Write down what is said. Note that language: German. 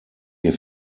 hier